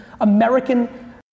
American